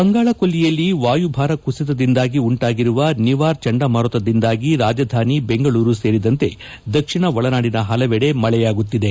ಬಂಗಾಳ ಕೊಲ್ಲಿಯಲ್ಲಿ ವಾಯುಭಾರ ಕುಸಿತದಿಂದಾಗಿ ಉಂಟಾಗಿರುವ ನಿವಾರ್ ಚಂಡಮಾರುತದಿಂದಾಗಿ ರಾಜಧಾನಿ ಬೆಂಗಳೂರು ಸೇರಿದಂತೆ ದಕ್ಷಿಣ ಒಳನಾಡಿನ ಪಲವೆಡೆ ಮಳೆಯಾಗುತ್ತಿದೆ